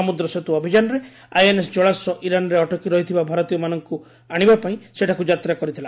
ସମୁଦ୍ର ସେତୁ ଅଭିଯାନରେ ଆଇଏନ୍ଏସ୍ ଜଳାସ୍ୱ ଇରାନ୍ରେ ଅଟକି ରହିଥିବା ଭାରତୀୟମାନଙ୍କୁ ଆଣିବା ପାଇଁ ସେଠାକୁ ଯାତ୍ରା କରିଥିଲା